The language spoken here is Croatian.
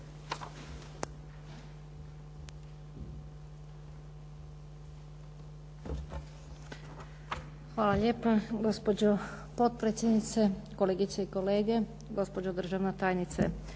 Hvala lijepa. Gospođo potpredsjednice, kolegice i kolege, gospođo državna tajnice